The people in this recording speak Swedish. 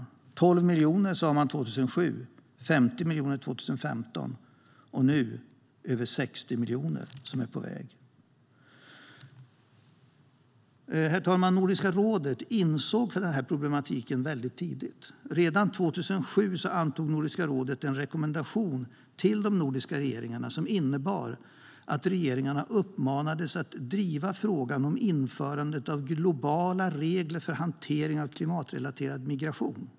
Man talade om 12 miljoner år 2007, 50 miljoner år 2015 och nu över 60 miljoner som är på väg. Herr talman! Nordiska rådet insåg problematiken tidigt. Redan 2007 antog Nordiska rådet en rekommendation till de nordiska regeringarna som innebar att regeringarna uppmanades att driva frågan om införandet av globala regler för hantering av klimatrelaterad migration.